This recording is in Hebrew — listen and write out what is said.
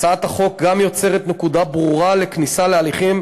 הצעת החוק גם יוצרת נקודה ברורה לכניסה להליכים,